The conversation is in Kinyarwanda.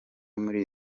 muri